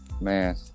man